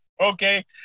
Okay